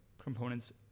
components